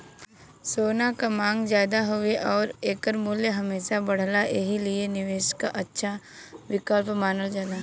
सोना क मांग जादा हउवे आउर एकर मूल्य हमेशा बढ़ला एही लिए निवेश क अच्छा विकल्प मानल जाला